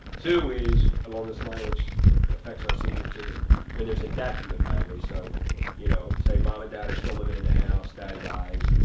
too, is along this line, which affects our seniors, is when there's a death in the family. so you know say mom or dad are still living in the house. dad dies.